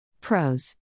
Pros